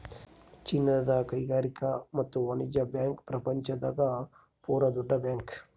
ಚೀನಾದ ಕೈಗಾರಿಕಾ ಮತ್ತು ವಾಣಿಜ್ಯ ಬ್ಯಾಂಕ್ ಪ್ರಪಂಚ ದಾಗ ಪೂರ ದೊಡ್ಡ ಬ್ಯಾಂಕ್